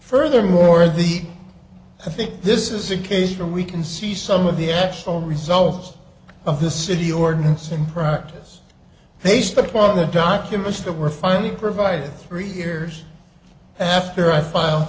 furthermore the i think this is a case where we can see some of the actual results of the city ordinance in practice they stopped all the documents that were finally provided three years after i filed